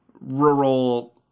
rural